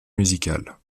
musicale